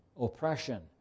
oppression